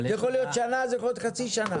זה יכול להיות שנה, זה יכול להיות חצי שנה.